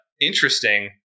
interesting